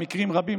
במקרים רבים,